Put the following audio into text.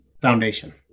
Foundation